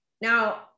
Now